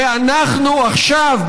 ואנחנו עכשיו,